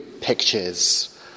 pictures